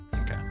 Okay